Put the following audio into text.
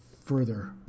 further